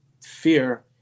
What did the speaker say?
fear